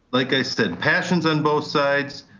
like i said, passions on both sides,